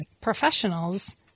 professionals